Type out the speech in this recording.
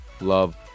love